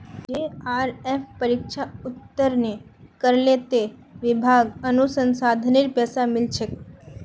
JRF परीक्षा उत्तीर्ण करले त विभाक अनुसंधानेर पैसा मिल छेक